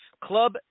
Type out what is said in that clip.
Club